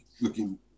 looking